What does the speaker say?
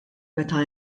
meta